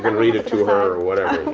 and read it to her